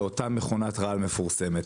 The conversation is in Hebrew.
לאותה מכונת רעל מפורסמת,